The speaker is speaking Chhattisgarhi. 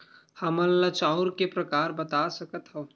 हमन ला चांउर के प्रकार बता सकत हव?